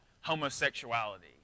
homosexuality